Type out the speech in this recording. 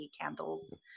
candles